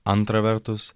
antra vertus